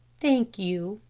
thank you,